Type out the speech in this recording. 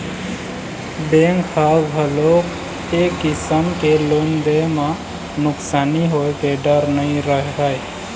bank ह घलोक ए किसम के लोन दे म नुकसानी होए के डर नइ रहय